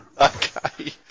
Okay